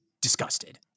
disgusted